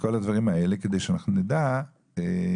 כל הדברים האלה כדי שאנחנו נדע לשקול.